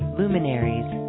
luminaries